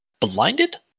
Blinded